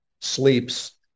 sleeps